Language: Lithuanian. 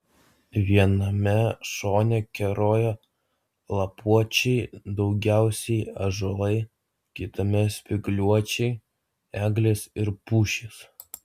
viename šone kerojo lapuočiai daugiausiai ąžuolai kitame spygliuočiai eglės ir pušys